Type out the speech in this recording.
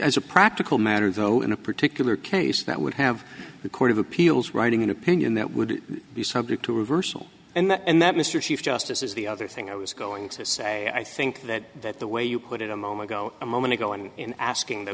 as a practical matter though in a particular case that would have the court of appeals writing an opinion that would be subject to reversal and that and that mr chief justice is the other thing i was going to say i think that the way you put it a moment ago a moment ago and in asking the